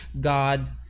god